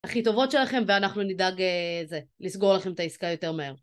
הכי טובות שלכם, ואנחנו נדאג זה לסגור לכם את העסקה יותר מהר.